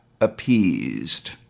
appeased